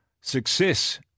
success